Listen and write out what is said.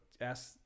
ask